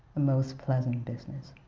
a most pleasant business.